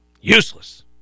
Useless